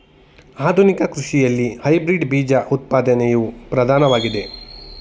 ಆಧುನಿಕ ಕೃಷಿಯಲ್ಲಿ ಹೈಬ್ರಿಡ್ ಬೀಜ ಉತ್ಪಾದನೆಯು ಪ್ರಧಾನವಾಗಿದೆ